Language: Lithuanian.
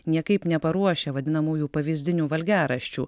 niekaip neparuošia vadinamųjų pavyzdinių valgiaraščių